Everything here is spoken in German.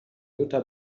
jutta